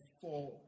four